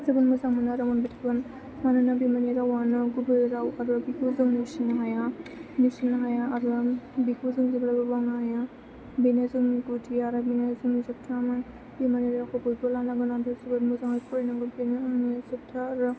जोबोद मोजां मोनो आरो मोनबाय थागोन मानोना बिमानि रावानो गुबै राव आरो बेखौ जों नेवसिनो हाया आरो बेखौ जों जेब्लायबो बावनो हाया बेनो जोंनि गुदि आरो बेनो जोंनि जोबथा बिमानि रावखौ बयबो लानांगोन ओमफ्राय जोबोद मोजाङै फरायनांगोन बेनो आंनि जोबथा राव